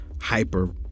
hyper